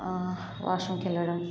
wash రూమ్కి వెళ్ళడం